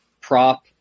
prop